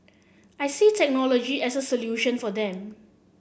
I see technology as a solution for them